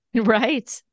right